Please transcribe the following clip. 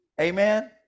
Amen